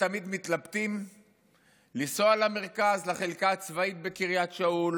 ותמיד מתלבטים אם לנסוע למרכז לחלקה הצבאית בקריית שאול